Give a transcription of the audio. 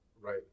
Right